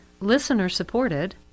listener-supported